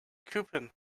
coupon